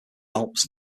alps